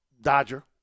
dodger